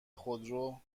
خودرو